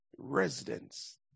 residents